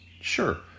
Sure